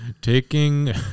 Taking